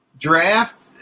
Draft